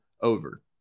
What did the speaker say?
over